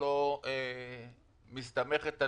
ועוסק בין